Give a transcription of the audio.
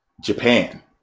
Japan